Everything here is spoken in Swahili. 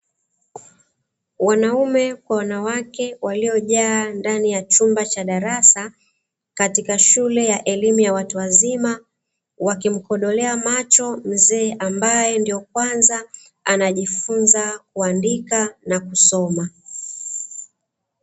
Wanaume kwa wanawake waliojaa ndani ya chumba cha darasa, katika shule ya elimu ya watu wazima, wakimkodelea macho mzee ambaye ndo kwanza anajifunza kuandika na kusoma.